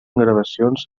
gravacions